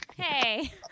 Hey